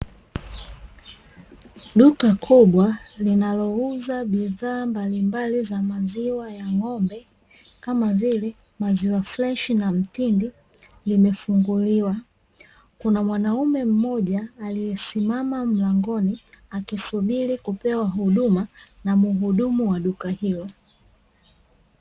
Duka kubwa linalouza bidhaa mbalimbali za maziwa ya ng'ombe, kama vile maziwa freshi na mtindi, limefunguliwa. Kuna mwanaume mmoja aliyesimama mlangoni, akisubiri kupewa huduma na mhudumu wa duka hilo.